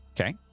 Okay